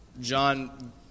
John